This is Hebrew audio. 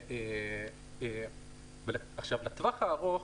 לטווח הארוך